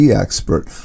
expert